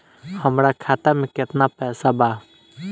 हमरा खाता मे केतना पैसा बा?